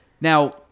now